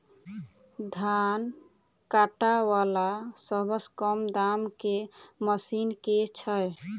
धान काटा वला सबसँ कम दाम केँ मशीन केँ छैय?